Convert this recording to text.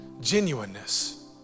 genuineness